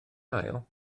ail